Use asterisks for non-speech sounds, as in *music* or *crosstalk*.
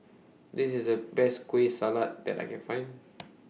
This IS The Best Kueh Salat that I Can Find *noise*